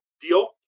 deal